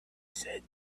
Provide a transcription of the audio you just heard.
said